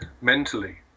mentally